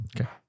Okay